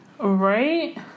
right